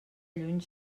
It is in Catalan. lluny